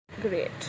Great